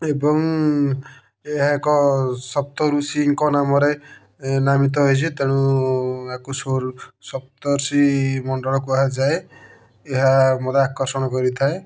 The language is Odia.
ଏବଂ ଏହା ଏକ ସପ୍ତ ଋଷିଙ୍କ ନାମରେ ନାମିତ ହୋଇଛି ତେଣୁ ୟାକୁ ସୁରୁ ସପ୍ତର୍ଷି ମଣ୍ଡଳ କୁହାଯାଏ ଏହା ମୋତେ ଆକର୍ଷଣ କରିଥାଏ